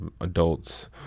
adults